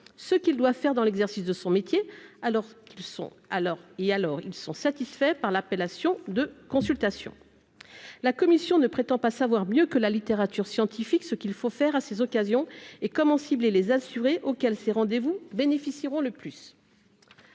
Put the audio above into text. ce qu'il doit faire dans l'exercice de son métier, alors qu'ils sont alors, et alors ils sont satisfaits par l'appellation de consultation, la Commission ne prétend pas savoir mieux que la littérature scientifique, ce qu'il faut faire à ces occasions et comment cibler les assurés auxquels ses rendez-vous bénéficieront le plus